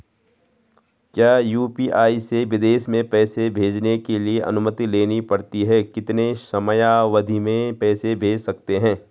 क्या यु.पी.आई से विदेश में पैसे भेजने के लिए अनुमति लेनी पड़ती है कितने समयावधि में पैसे भेज सकते हैं?